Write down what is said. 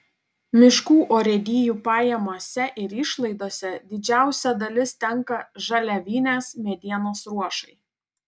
miškų urėdijų pajamose ir išlaidose didžiausia dalis tenka žaliavinės medienos ruošai